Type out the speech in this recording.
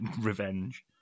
revenge